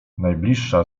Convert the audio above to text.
najbliższa